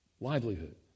livelihood